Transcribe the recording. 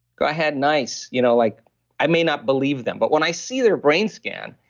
go ahead nice. you know like i may not believe them, but when i see their brain scan,